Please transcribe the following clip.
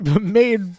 made